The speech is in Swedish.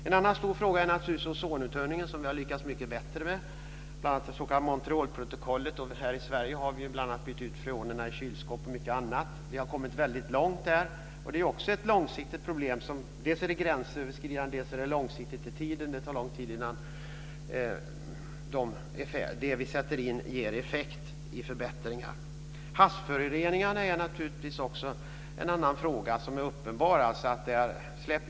En annan stor fråga är ozonuttunningen, som vi har lyckats mycket bättre med. Det har bl.a. gjorts i det s.k. Montrealprotokollet. Här i Sverige har vi bl.a. bytt ut freonerna i kylskåp och mycket annat. Vi har kommit mycket långt här. Det är också ett långsiktigt problem. Dels är det gränsöverskridande, dels är det långsiktigt i tiden. Det tar lång tid innan det vi sätter in ger effekt i förbättringar. Havsföroreningarna är en annan fråga som är uppenbar.